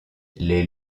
les